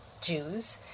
Jews